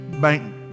bank